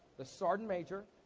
the sergeant major,